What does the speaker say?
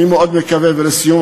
לסיום,